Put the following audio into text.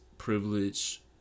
Privilege